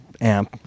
amp